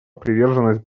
приверженность